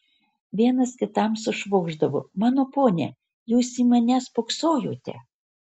vienas kitam sušvokšdavo mano pone jūs į mane spoksojote